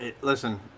Listen